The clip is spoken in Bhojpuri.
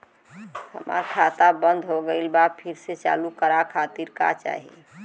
हमार खाता बंद हो गइल बा फिर से चालू करा खातिर का चाही?